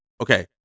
okay